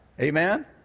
Amen